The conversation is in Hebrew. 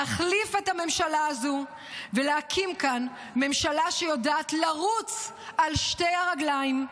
להחליף את הממשלה הזו ולהקים כאן ממשלה שיודעת לרוץ על שתי הרגליים,